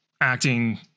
acting